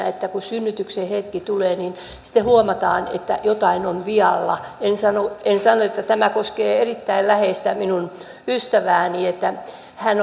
että kun synnytyksen hetki tulee niin huomataan että jotain on vialla en sano en sano että tämä koskee erittäin läheistä minun ystävääni hän